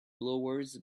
blowers